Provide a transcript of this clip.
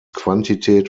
quantität